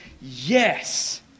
Yes